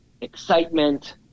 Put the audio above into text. excitement